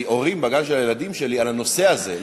מהורים בגן של הילדים שלי על הנושא הזה.